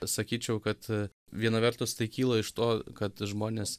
sakyčiau kad viena vertus tai kyla iš to kad žmonės